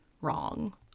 wrong